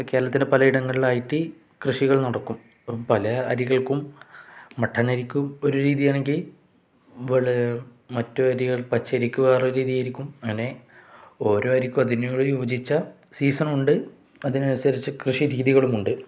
കേരളത്തിന് പലയിടങ്ങളായിട്ട് കൃഷികൾ നടക്കും പല അരികൾക്കും മട്ടനരിക്കും ഒരു രീതിയാണെങ്കിൽ വള മറ്റു അരികൾ പച്ചരിക്കും വേറൊരു രീതി ആയിരിക്കും അങ്ങനെ ഓരോ അരിക്കും അതിനോട് യോജിച്ച സീസണുണ്ട് അതിന് അനുസരിച്ച കൃഷി രീതികളുമുണ്ട്